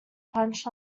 punch